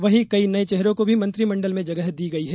वहीं कई नए चेहरों को भी मंत्रिमंडल में जगह दी गई है